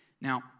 Now